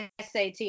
SAT